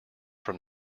from